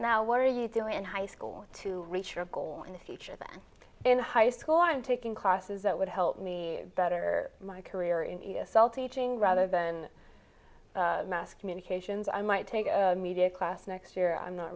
now what are you doing in high school to reach your goal in the future that in high school i'm taking classes that would help me better my career in e s l teaching rather than mass communications i might take a media class next year i'm not